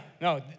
no